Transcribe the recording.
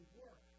work